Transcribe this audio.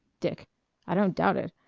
dick i don't doubt it.